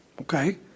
Okay